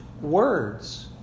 Words